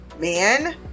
man